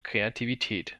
kreativität